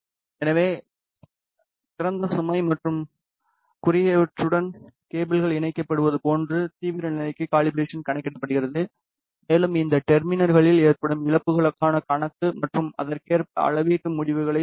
எனவே திறந்த சுமை மற்றும் குறுகியவற்றுடன் கேபிள்கள் இணைக்கப்படுவது போன்ற தீவிர நிலைக்கு கலிபராசன் கணக்கிடுகிறது மேலும் இந்த டெர்மினல்களில் ஏற்படும் இழப்புகளுக்கான கணக்கு மற்றும் அதற்கேற்ப அளவீட்டு முடிவுகளை சரிசெய்கிறது